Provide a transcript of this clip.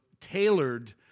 tailored